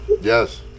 Yes